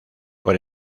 por